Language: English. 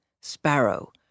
Sparrow